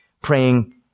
praying